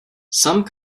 some